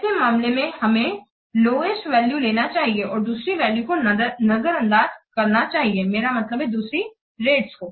ऐसे मामलो में हमें लोएस्ट वैल्यू लेना चाहिए और दूसरी वैल्यू को नज़रअंदाज़ करना चाहिए मेरा मतलब है दूसरी रेट्स